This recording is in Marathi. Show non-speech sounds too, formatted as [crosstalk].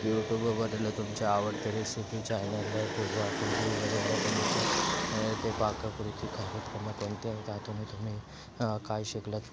युट्युबवरलं तुमचं आवडतं रेसिपी चॅनेल [unintelligible] ते पाककृती [unintelligible] काय शिकलात